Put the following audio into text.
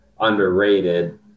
underrated